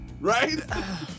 Right